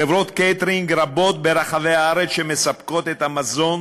חברות קייטרינג רבות ברחבי הארץ שמספקות את המזון